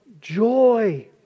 joy